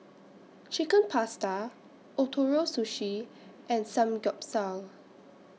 Chicken Pasta Ootoro Sushi and Samgyeopsal